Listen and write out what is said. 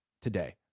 today